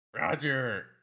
Roger